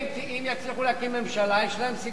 אם יצליחו להקים ממשלה, יש להם סיכוי.